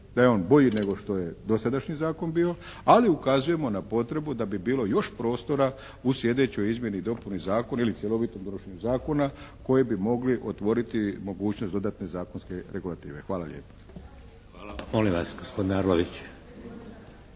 da je on bolji nego što je dosadašnji zakon bio ali ukazujemo na potrebu da bi bilo još prostora u slijedećoj izmjeni i dopuni zakona ili cjelovitom donošenju zakona koji bi mogli otvoriti mogućnost dodatne zakonske regulative. Hvala lijepa.